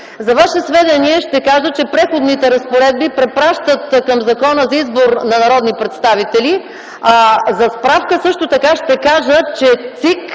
За Ваше сведение ще кажа, че Преходните разпоредби препращат към Закона за избор на народни представители, а за справка също така ще кажа, че